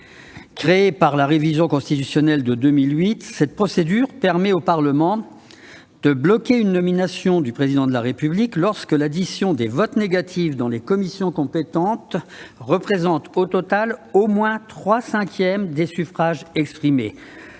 Créée par la révision constitutionnelle de 2008, elle permet au Parlement de bloquer une nomination du Président de la République lorsque l'addition des votes négatifs dans les commissions compétentes représente, au total, au moins trois cinquièmes des suffrages exprimés